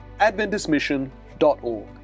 AdventistMission.org